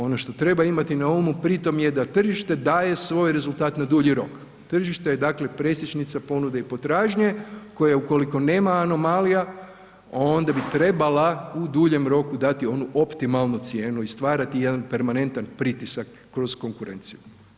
Ono što treba imati na umu pri tom je da tržište daje svoj rezultat na dulji rok, tržište je dakle presječnica ponude i potražnje koje ukoliko nema anomalija, onda bi trebala u duljem roku dati onu optimalnu cijenu i stvarati jedan permanentan pritisak kroz konkurenciju.